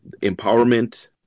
empowerment